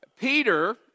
Peter